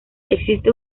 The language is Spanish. existe